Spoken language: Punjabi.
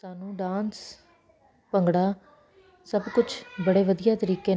ਸਾਨੂੰ ਡਾਂਸ ਭੰਗੜਾ ਸਭ ਕੁਝ ਬੜੇ ਵਧੀਆ ਤਰੀਕੇ ਨਾਲ